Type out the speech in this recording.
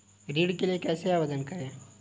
ऋण के लिए कैसे आवेदन करें?